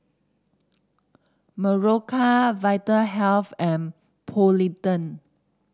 Berocca Vitahealth and Polident